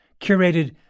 curated